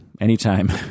anytime